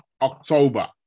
October